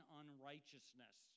unrighteousness